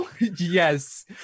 Yes